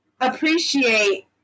appreciate